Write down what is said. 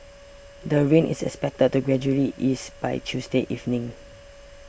the rain is expected to gradually ease by Tuesday evening